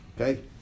Okay